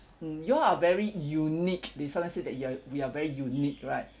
mm you all are very unique they sometimes say that you're we are very unique right